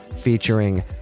featuring